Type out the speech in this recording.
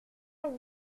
une